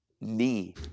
knee